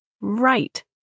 right